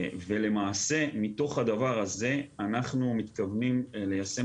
ולמעשה מתוך הדבר הזה אנחנו מתכוונים ליישם